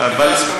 תוך כדי הסכמה.